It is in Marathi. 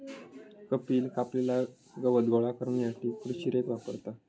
कपिल कापलेला गवत गोळा करण्यासाठी कृषी रेक वापरता